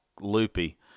loopy